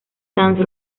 dance